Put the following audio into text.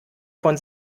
von